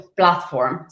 platform